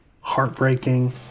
heartbreaking